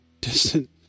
distant